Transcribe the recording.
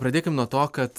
pradėkim nuo to kad